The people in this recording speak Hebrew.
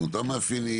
עם אותם מאפיינים,